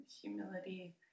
humility